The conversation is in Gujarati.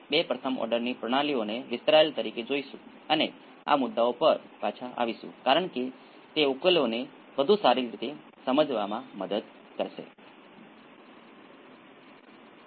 તેથી જે તમને ઘણી વસ્તુઓને ઉકેલવા માટે તમને એક સારું પ્રારંભિક બિંદુ આપે છે